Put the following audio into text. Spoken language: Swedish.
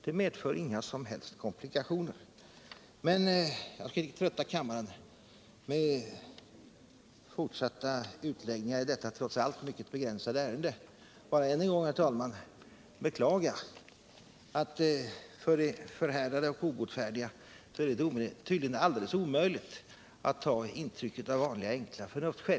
Det medför inga som helst komplikationer. Jag skall inte trötta kammaren med fortsatta utläggningar i detta trots allt mycket begränsade ärende, bara än en gång, herr talman, beklaga att för de förhärdade och obotfärdiga är det tydligen alldeles omöjligt att ta intryck av vanliga enkla förnuftsskäl.